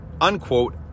unquote